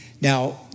Now